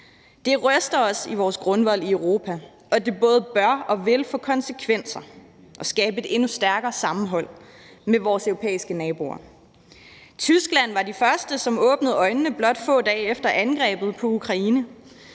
Det ryster os i vores grundvold i Europa, og det både bør og vil få konsekvenser og skabe et endnu stærkere sammenhold med vores europæiske naboer. Tyskland var de første, som åbnede øjnene blot få dage efter angrebet på Ukraine,